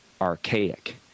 archaic